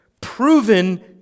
proven